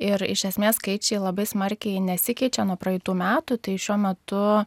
ir iš esmės skaičiai labai smarkiai nesikeičia nuo praeitų metų tai šiuo metu